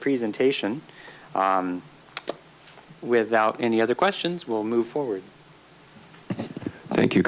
presentation without any other questions will move forward thank you